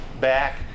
back